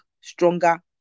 stronger